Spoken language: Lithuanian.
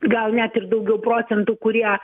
gal net ir daugiau procentų kurie